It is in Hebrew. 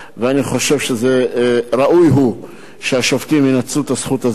ואני חושב שראוי הוא שהשופטים ינצלו את הזכות הזאת.